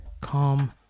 calm